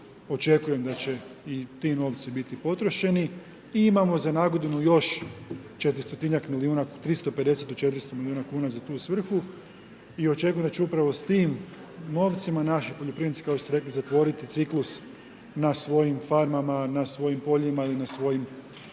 Očekujem da će i ti novci biti potrošeni. I imamo za nagodinu još 400 tinjak milijuna, 350-400 milijuna kuna za tu svrhu. I očekujem da će upravo s tim novcima naši poljoprivrednici kao što te rekli zatvoriti ciklus na svojim farmama, na svojim poljima ili na svojim